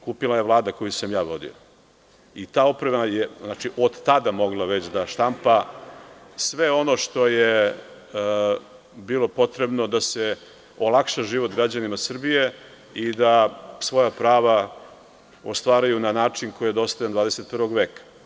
Kupila je Vlada koju sam ja vodio i ta oprema je od tada mogla već da štampa sve ono što je bilo potrebno da se olakša život građanima Srbije i da svoja prava ostvaruju na način koji je dostojan XXI veka.